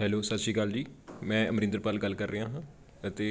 hello ਸਤਿ ਸ਼੍ਰੀ ਅਕਾਲ ਜੀ ਮੈਂ ਅਮਰਿੰਦਰ ਪਾਲ ਗੱਲ ਕਰ ਰਿਹਾ ਹਾਂ ਅਤੇ